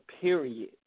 period